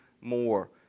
more